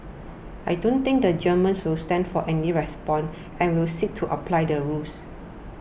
I don't think the Germans will stand for any nonsense and I will seek to apply the rules